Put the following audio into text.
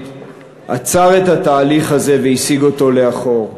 עצר את התהליך הזה והסיג אותו לאחור.